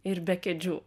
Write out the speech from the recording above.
ir be kėdžių